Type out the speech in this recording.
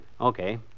Okay